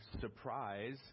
surprise